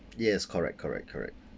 yes correct correct correct